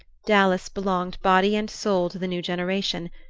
dallas belonged body and soul to the new generation.